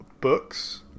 books